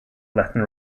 latin